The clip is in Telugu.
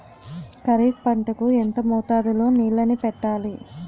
ఖరిఫ్ పంట కు ఎంత మోతాదులో నీళ్ళని పెట్టాలి?